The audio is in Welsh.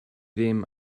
ddim